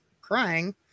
crying